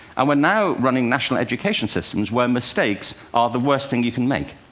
and we're now running national education systems where mistakes are the worst thing you can make.